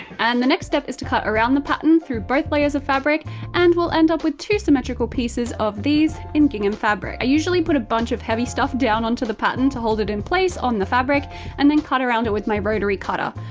and the next step is to cut around the pattern through both layers of fabric and we'll end up with two symmetrical pieces of these in gingham fabric. i usually put a bunch of heavy stuff down onto the pattern to hold it in place on the fabric and then cut around it with my rotary cutter,